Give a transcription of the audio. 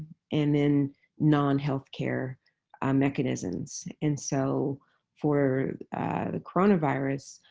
and then non-health care um mechanisms. and so for coronavirus,